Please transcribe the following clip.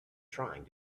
trying